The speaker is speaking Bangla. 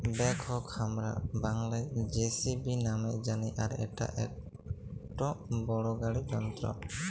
ব্যাকহোকে হামরা বাংলায় যেসিবি নামে জানি আর ইটা একটো বড় গাড়ি যন্ত্র